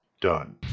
done